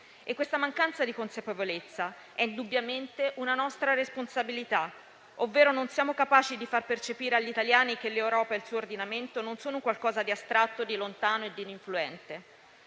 La mancanza di consapevolezza è indubbiamente una nostra responsabilità, ovvero non siamo capaci di far percepire agli italiani che l'Europa e il suo ordinamento non sono qualcosa di astratto, lontano e influente.